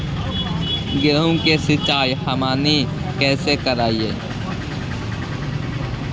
गेहूं के सिंचाई हमनि कैसे कारियय?